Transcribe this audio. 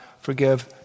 forgive